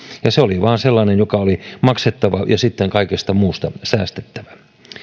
ja se oli vain sellainen joka oli maksettava ja sitten kaikesta muusta säästettävä